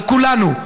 על כולנו,